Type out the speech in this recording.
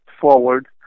forward